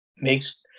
makes